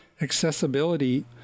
accessibility